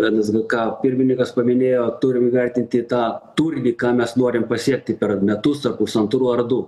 nsgk pirmininkas paminėjo turim įvertinti tą turinį ką mes norim pasiekti per metus ar pusantrų ar du